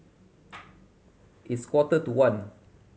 its quarter to one